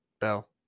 Bell